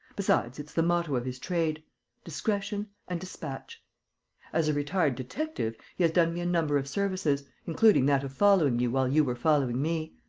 besides, it's the motto of his trade discretion and dispatch as a retired detective, he has done me a number of services, including that of following you while you were following me.